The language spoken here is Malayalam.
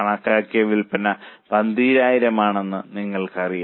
കണക്കാക്കിയ വിൽപ്പന 12000 ആണെന്ന് നിങ്ങൾക്കറിയാം